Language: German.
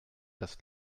das